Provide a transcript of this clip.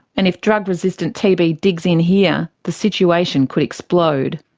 and if drug resistant tb digs in here, the situation could explode.